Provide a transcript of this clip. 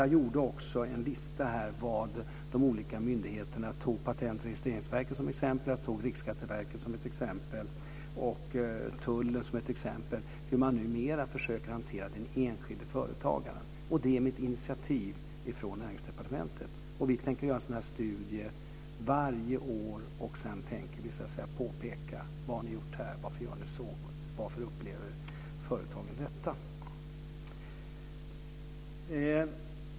Jag gjorde också en lista på hur de olika myndigheterna - jag tog Patent och registreringsverket, Riksskatteverket och Tullen som exempel - numera försöker hantera den enskilde företagaren. Det är ett initiativ från Näringsdepartementet. Vi tänker göra en sådan studie varje år. Sedan tänker vi påpeka olika saker. Vad har ni gjort här? Varför gör ni så? Varför upplever företagen detta?